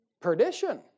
Perdition